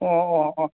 ꯑꯣ ꯑꯣ ꯑꯣ